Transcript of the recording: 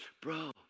bro